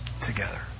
together